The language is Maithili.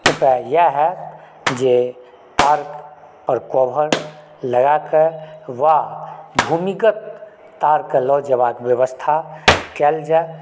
उपाय इएह होयत जे तार पर कवर लगा कऽ वा भूमिगत तारकेँ लऽ जयबाक व्यवस्था कयल जाय